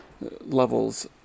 levels